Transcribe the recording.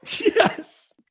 Yes